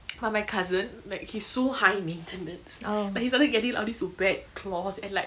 but my cousin like he's so high maintenance like he started getting like all these wet cloth and like